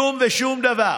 כלום ושום דבר.